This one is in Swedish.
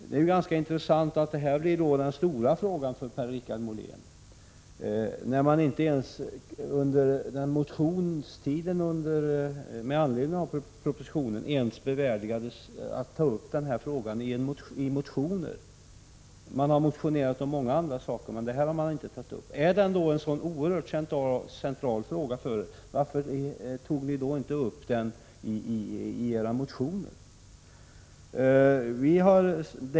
Det är ganska intressant att detta blir den stora frågan för Per-Richard Molén, trots att man under motionstiden med anledning av propositionen inte ens bevärdigade sig att ta upp denna fråga. Man har motionerat om många saker, men detta har man inte tagit upp. Om nu denna fråga är av en sådan oerhörd central betydelse, varför tog ni då inte upp den i era motioner?